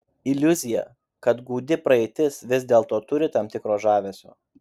iliuzija kad gūdi praeitis vis dėlto turi tam tikro žavesio